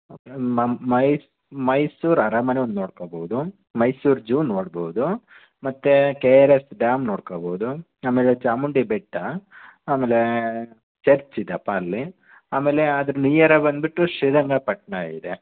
okay ma'am ಮೈ ಮೈಸೂರು ಅರಮನೆ ಒಂದು ನೋಡ್ಕೋಬಹುದು ಮೈಸೂರು ಜೂ ನೋಡಬಹುದು ಮತ್ತು ಕೆ ಆರ್ ಎಸ್ ಡ್ಯಾಮ್ ನೋಡ್ಕೋಬಹುದು ಆಮೇಲೆ ಚಾಮುಂಡಿಬೆಟ್ಟ ಆಮೇಲೆ ಚರ್ಚಿದಪ ಅಲ್ಲಿ ಆಮೇಲೆ ಅದರ ನಿಯರೆ ಬಂದುಬಿಟ್ಟು ಶ್ರೀರಂಗಪಟ್ಟಣ ಇದೆ